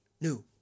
new